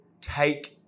take